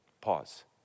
pause